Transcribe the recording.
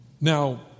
Now